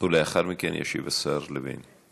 לאחר מכן ישיב השר לוין.